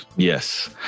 Yes